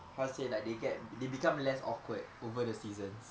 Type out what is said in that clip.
how to say like they get they become less awkward over the seasons